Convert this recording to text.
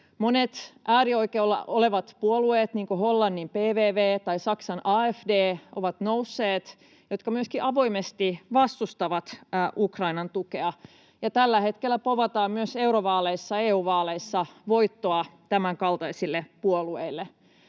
Monet äärioikealla olevat puolueet ovat nousseet, niin kuin Hollannin PVV tai Saksan AfD, jotka myöskin avoimesti vastustavat Ukrainan tukea, ja tällä hetkellä povataan myös EU-vaaleissa voittoa tämänkaltaisille puolueille.